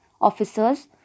Officers